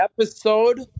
Episode